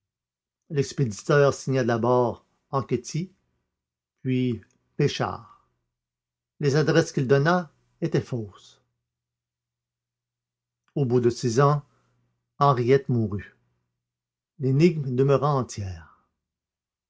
l'expéditeur signa d'abord anquety puis péchard les adresses qu'il donna étaient fausses au bout de six ans henriette mourut l'énigme demeura entière